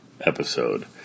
episode